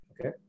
okay